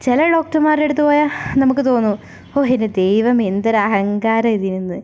ചില ഡോക്ടർമാരുടെ അടുത്ത് പോയാൽ നമുക്ക് തോന്നും ഹോ എൻ്റെ ദൈവമേ എന്തൊരു അഹങ്കാരം ആണ് ഇതിനെന്ന്